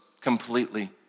completely